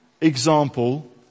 example